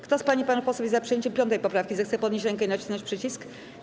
Kto z pań i panów posłów jest za przyjęciem 5. poprawki, zechce podnieść rękę i nacisnąć przycisk.